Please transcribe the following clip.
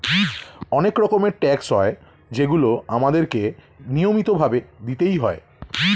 অনেক রকমের ট্যাক্স হয় যেগুলো আমাদের কে নিয়মিত ভাবে দিতেই হয়